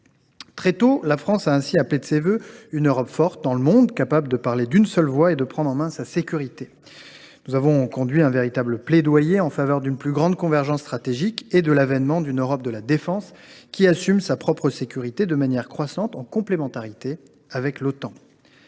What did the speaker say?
Très tôt, la France a ainsi appelé de ses vœux une Europe forte dans le monde, capable de parler d’une seule voix et de prendre en main sa sécurité. Nous avons conduit un véritable plaidoyer en faveur d’une plus grande convergence stratégique et de l’avènement d’une Europe de la défense qui assume sa propre sécurité de manière croissante, en complémentarité avec l’Otan.